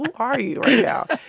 are you right now?